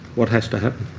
what has to happen?